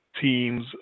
teams